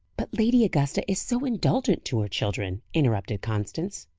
but lady augusta is so indulgent to her children! interrupted constance.